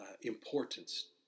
importance